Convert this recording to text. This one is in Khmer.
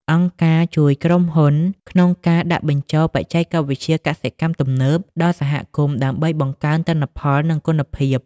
អង្គការជួយក្រុមហ៊ុនក្នុងការដាក់បញ្ចូលបច្ចេកវិទ្យាកសិកម្មទំនើបដល់សហគមន៍ ដើម្បីបង្កើនទិន្នផល និងគុណភាព។